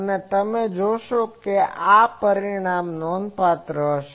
અને તમે જોશો કે આ પરિણામ નોંધપાત્ર હશે